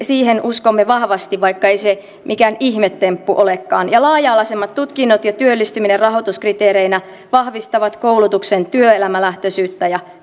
siihen uskomme vahvasti vaikka ei se mikään ihmetemppu olekaan laaja alaisemmat tutkinnot ja työllistyminen rahoituskriteereinä vahvistavat koulutuksen työelämälähtöisyyttä ja